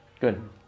good